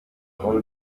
simon